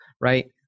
right